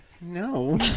No